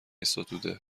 ستوده